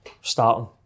starting